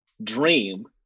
dream